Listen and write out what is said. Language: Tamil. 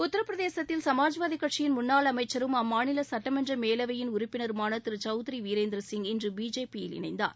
உத்தரப்பிரதேசத்தில் சமாஜ்வாதி கட்சியின் முன்னாள் அமைச்சரும் அம்மாநில சட்டமன்ற மேலவையின் உறுப்பினருமான திரு சவுத்ரி வீரேந்திர சிங் இன்று பிஜேபியில் இணைந்தார்